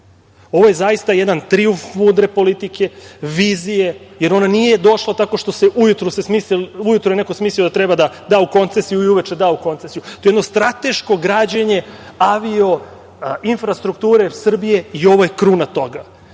je zaista jedan trijumf mudre politike, vizije, jer ona nije došla tako što je neko ujutru smislio da treba da da Koncesiju, uveče dao Koncesiju. To je jedno strateško građenje avio infrastrukture ER Srbije i ovo je kruna toga.